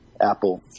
Apple